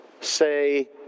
Say